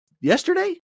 yesterday